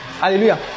Hallelujah